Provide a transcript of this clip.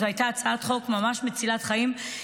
זו הייתה כהצעת חוק ממש מצילת חיים.